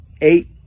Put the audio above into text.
eight